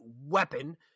weapon